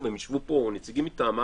והם ישבו פה או נציגים מטעמם,